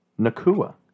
Nakua